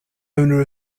owner